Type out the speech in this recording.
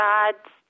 God's